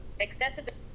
Accessibility